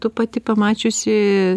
tu pati pamačiusi